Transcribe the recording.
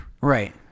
Right